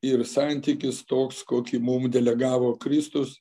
ir santykis toks kokį mum delegavo kristus